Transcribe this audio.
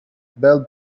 bell